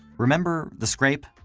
remember the scrape?